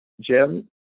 Jim